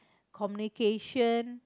communication